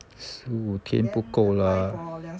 十五天不够啦